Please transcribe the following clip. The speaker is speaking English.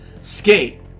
Skate